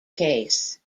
case